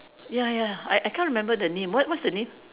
ya ya I I can't remember the name what what's the name